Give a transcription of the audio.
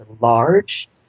large